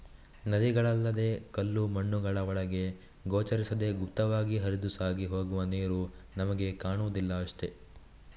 ನದಿಗಳಲ್ಲದೇ ಕಲ್ಲು ಮಣ್ಣುಗಳ ಒಳಗೆ ಗೋಚರಿಸದೇ ಗುಪ್ತವಾಗಿ ಹರಿದು ಸಾಗಿ ಹೋಗುವ ನೀರು ನಮಿಗೆ ಕಾಣುದಿಲ್ಲ ಅಷ್ಟೇ